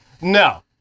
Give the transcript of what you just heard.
No